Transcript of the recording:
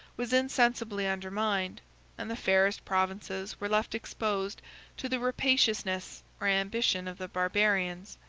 was insensibly undermined and the fairest provinces were left exposed to the rapaciousness or ambition of the barbarians,